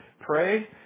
pray